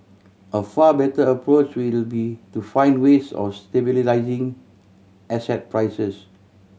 a far better approach would be to find ways of stabilising asset prices